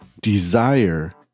desire